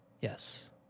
Yes